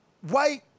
White